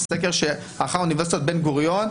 זה סקר שערכה אוניברסיטת בן גוריון,